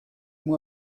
moi